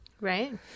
Right